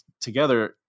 together